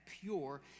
pure